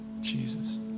Jesus